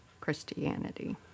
Christianity